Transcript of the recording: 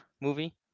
movie